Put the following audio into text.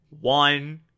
one